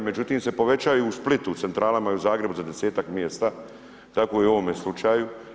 Međutim se povećaju u Splitu, u centralama i u Zagrebu za desetak mjesta, tako i u ovome slučaju.